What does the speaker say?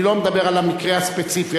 אני לא מדבר על המקרה הספציפי,